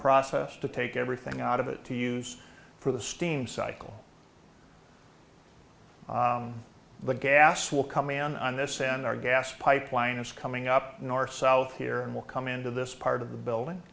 process to take everything out of it to use for the steam cycle the gas will come in on this and our gas pipeline is coming up north south here and we'll come into this part of the building